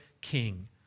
king